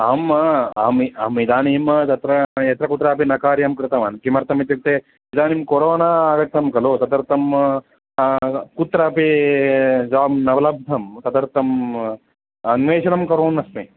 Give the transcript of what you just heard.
अहम् अहम् अहम् इदानीं तत्र यत्र कुत्र अपि न कार्यं कृतवान् किमर्थं इत्युक्ते इदानीं कोरोन आगतं कलु तदर्थं कुत्र अपि जाब् न लब्धं तदर्थं अन्वेषणं कुर्वन् अस्मि